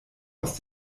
aus